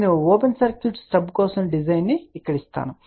నేను open circuit stub కోసం డిజైన్ను ఇక్కడ ఇస్తాను